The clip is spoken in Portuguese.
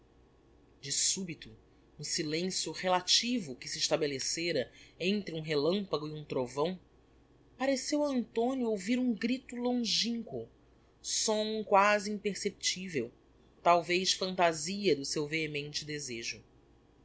de subito no silencio relativo que se estabelecera entre um relampago e um trovão pareceu a antonio ouvir um grito longinquo som quasi imperceptivel talvez phantasia do seu vehemente desejo